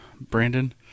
Brandon